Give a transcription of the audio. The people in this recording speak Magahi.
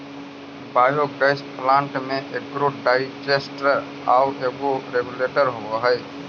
बायोगैस प्लांट में एगो डाइजेस्टर आउ एगो रेगुलेटर होवऽ हई